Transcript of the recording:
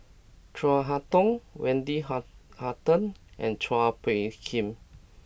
Chin Harn Tong Wendy ha Hutton and Chua Phung Kim